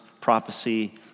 prophecy